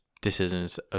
decisions